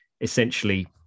essentially